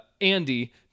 Andy